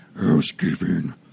Housekeeping